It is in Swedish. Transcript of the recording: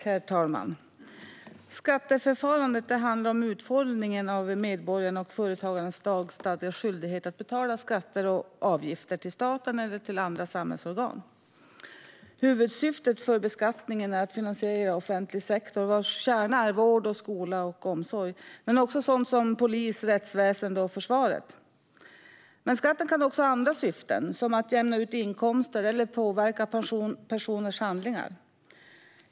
Herr talman! Skatteförfarandet handlar om utformningen av medborgarnas och företagarnas lagstadgade skyldighet att betala skatter och avgifter till staten eller andra samhällsorgan. Huvudsyftet med beskattningen är att finansiera offentlig sektor, vars kärna är vård, skola och omsorg men också sådant som polis, rättsväsen och försvar. Men skatten kan också ha andra syften, som att jämna ut inkomster eller påverka personers handlingar.